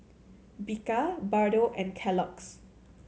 Bika Bardot and Kellogg's